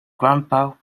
grandpa